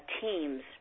teams